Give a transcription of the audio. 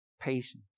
patience